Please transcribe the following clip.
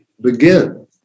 begin